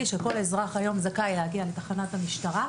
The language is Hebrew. כאשר כל אזרח היום זכאי להגיע לתחנת המשטרה.